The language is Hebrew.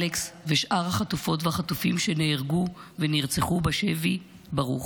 אלכס ושאר החטופות והחטופים שנהרגו ונרצחו בשבי ברוך.